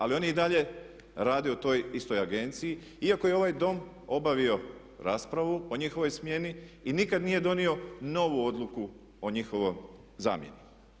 Ali oni i dalje rade u toj istoj agenciji iako je ovaj Dom obavio raspravu o njihovoj smjeni i nikad nije donio novu odluku o njihovoj zamjeni.